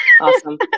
awesome